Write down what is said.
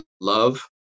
love